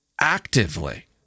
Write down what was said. actively